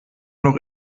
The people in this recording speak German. doch